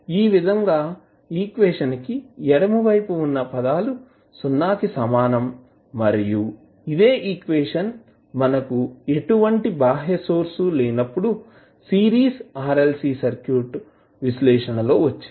ఈ విధంగా ఈక్వేషన్ కి ఎడమవైపు వున్న పదాలు సున్నా కి సమానం మరియు ఇదే ఈక్వేషన్ మనకు ఎటువంటి బాహ్య సోర్స్ లేనప్పుడు సిరీస్ RLC సర్క్యూట్ విశ్లేషణ లో వచ్చింది